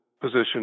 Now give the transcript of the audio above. position